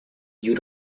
you